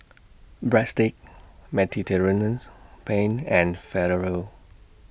Breadsticks Mediterraneans Penne and Falafel